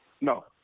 no